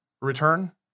return